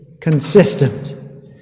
consistent